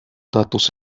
datos